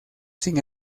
sin